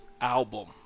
album